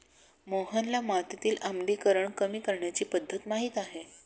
मोहनला मातीतील आम्लीकरण कमी करण्याची पध्दत माहित आहे